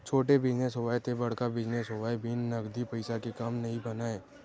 छोटे बिजनेस होवय ते बड़का बिजनेस होवय बिन नगदी पइसा के काम नइ बनय